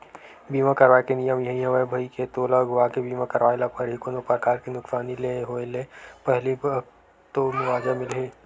बीमा करवाय के नियम यही हवय भई के तोला अघुवाके बीमा करवाय ल परही कोनो परकार के नुकसानी के होय ले पहिली तब तो मुवाजा मिलही